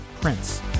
Prince